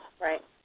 right